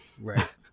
Right